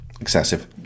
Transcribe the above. Excessive